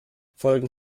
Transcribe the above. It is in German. folgen